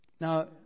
Now